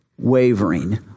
wavering